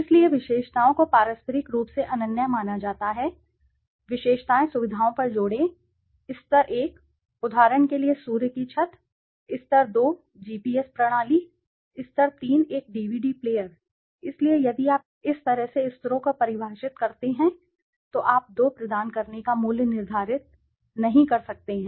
इसलिए विशेषताओं को पारस्परिक रूप से अनन्य माना जाता है विशेषताएँ सुविधाओं पर जोड़ें स्तर एक उदाहरण के लिए सूर्य की छत स्तर 2 जीपीएस प्रणाली स्तर 3 एक डीवीडी प्लेयर इसलिए यदि आप इस तरह से स्तरों को परिभाषित करते हैं तो आप 2 प्रदान करने का मूल्य निर्धारित नहीं कर सकते हैं